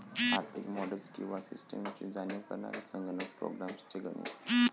आर्थिक मॉडेल्स किंवा सिस्टम्सची जाणीव करणारे संगणक प्रोग्राम्स चे गणित